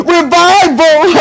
Revival